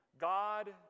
God